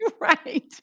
Right